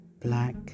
black